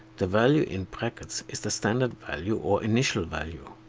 the value in brackets is the standard value or initial value.